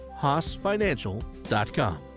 HaasFinancial.com